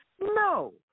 No